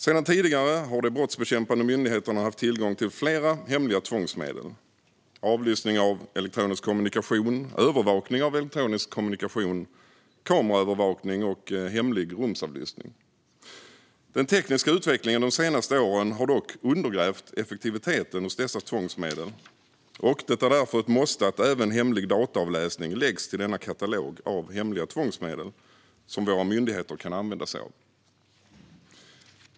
Sedan tidigare har de brottsbekämpande myndigheterna tillgång till flera hemliga tvångsmedel: avlyssning av elektronisk kommunikation, övervakning av elektronisk kommunikation, kameraövervakning och hemlig rumsavlyssning. Den tekniska utvecklingen de senaste åren har dock undergrävt effektiviteten hos dessa tvångsmedel. Det är därför ett måste att även hemlig dataavläsning läggs till denna katalog av hemliga tvångsmedel som våra myndigheter kan använda sig av.